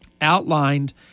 outlined